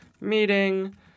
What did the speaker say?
meeting